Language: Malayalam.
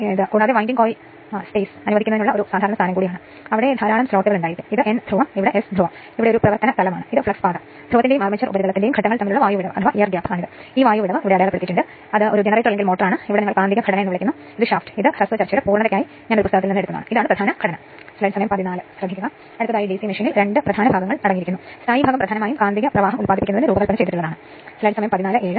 അതിനാൽ അടുത്തത് ഒരു സിംഗിൾ ഫേസ് 3 KVA ട്രാൻസ്ഫോർമർ ആണ് 230115 വോൾട്ട് 50 ഹെർട്സ് ട്രാൻസ്ഫോർമറിന് ഇനിപ്പറയുന്ന സ്ഥിരതകളുണ്ട് R 1 നൽകിയിട്ടുണ്ട് X നൽകിയിട്ടുണ്ട് R 2 X 2 ഉം നൽകിയിട്ടുണ്ട് കൂടാതെ RC കൽക്കരി നഷ്ട ഘടക ഘടക പ്രതിരോധം നൽകിയിരിക്കുന്നു കൂടാതെ കാന്തിക ഘടകം പ്രതിപ്രവർത്തനം നൽകിയിരിക്കുന്നു എല്ലാം നൽകിയിരിക്കുന്നു